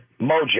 mojo